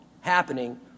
happening